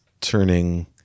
turning